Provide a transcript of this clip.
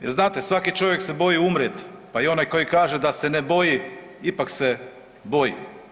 Jer znate svaki čovjek se boji umrijeti, pa i onaj koji kaže da se ne boji, ipak se boji.